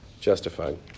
justified